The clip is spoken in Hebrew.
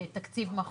הממשלה.